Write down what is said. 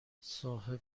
صاحب